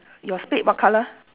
your spade what colour